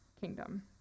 kingdom